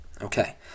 Okay